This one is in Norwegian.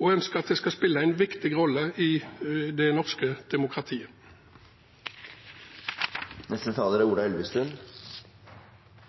og ønsker at det skal spille en viktig rolle i det norske demokratiet.